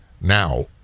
now